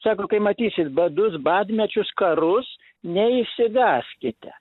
sako kai matysit badus badmečius karus neišsigąskite